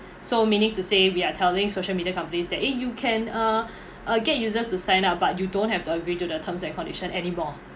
so meaning to say we are telling social media companies that eh you can uh uh get users to sign-up but you don't have to agree to the terms and condition anymore